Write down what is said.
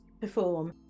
perform